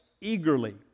eagerly